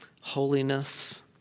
holiness